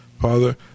Father